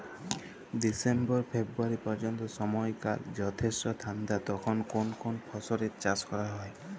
December ফেব্রুয়ারি পর্যন্ত সময়কাল যথেষ্ট ঠান্ডা তখন কোন কোন ফসলের চাষ করা হয়?